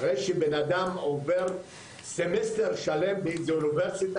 אחרי שבן אדם עובר סמסטר שלם באוניברסיטה,